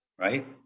right